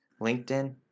LinkedIn